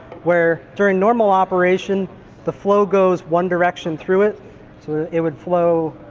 where during normal operation the flow goes one direction through it. so it would flow,